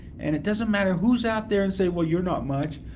and it doesn't matter who's out there and saying, well, you're not much.